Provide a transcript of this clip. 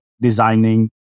designing